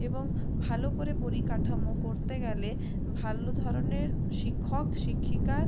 এবং ভালো করে পরিকাঠামো করতে গেলে ভালো ধরনের শিক্ষক শিক্ষিকার